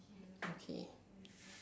okay